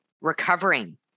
recovering